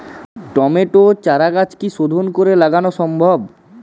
টমেটোর চারাগাছ কি শোধন করে লাগানো সম্ভব?